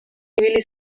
ibili